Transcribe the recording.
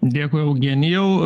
dėkui eugenijau